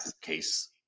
case